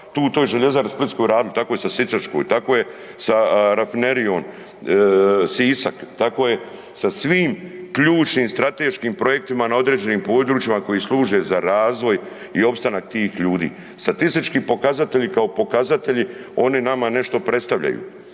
Splitskoj željezari radili. Tako je sa sisačkom, tako je sa Rafinerijom Sisak, tako je sa svim ključnim strateškim projektima na određenim područjima koji služe za razvoj i opstanak tih ljudi. Statistički pokazatelji kao pokazatelji oni nama nešto predstavljaju,